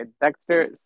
Dexter